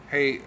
Hey